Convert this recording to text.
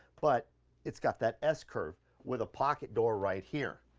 but it's got that s curve with a pocket door right here.